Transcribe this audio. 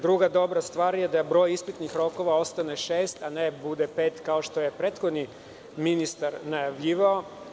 Druga dobra stvar je da broj ispitnih rokova ostane šest, a ne bude pet kao što je prethodni ministar najavljivao.